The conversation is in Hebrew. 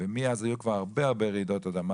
ומאז היו כבר הרבה הרבה רעידות אדמה